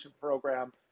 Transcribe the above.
program